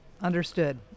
Understood